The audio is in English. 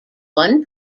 one